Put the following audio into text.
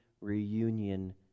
reunion